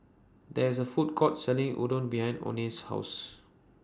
There IS A Food Court Selling Unadon behind Oney's House